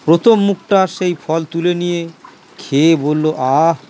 প্রথম মুখটা সেই ফল তুলে নিয়ে খেয়ে বলল আহ